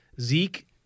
Zeke